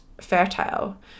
fertile